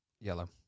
Yellow